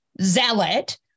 zealot